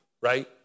right